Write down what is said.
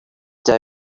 down